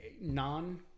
Non